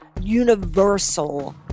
universal